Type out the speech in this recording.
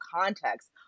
context